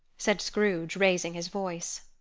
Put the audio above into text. said scrooge, raising his voice.